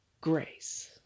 grace